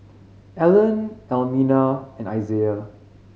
Allen Almina and Isiah